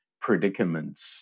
predicaments